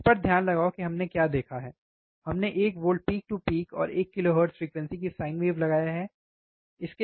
इस पर ध्यान लगाओ कि हमने क्या देखा है हमने 1 V पीक टू पीक और 1 kHz फ्रीक्वेंसी की साइन वेव लगाया है ठीक है